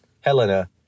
Helena